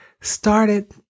started